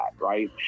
Right